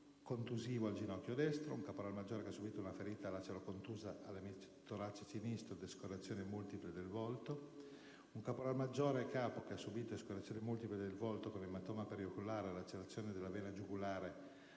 un caporal maggiore che ha subìto una ferita lacero-contusa all'emitorace sinistro ed escoriazioni multiple del volto; un caporal maggiore capo che ha subìto escoriazioni multiple del volto con ematoma perioculare, lacerazione della vena giugulare